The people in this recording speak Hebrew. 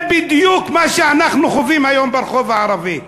זה בדיוק מה שאנחנו חווים היום ברחוב הערבי.